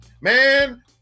Man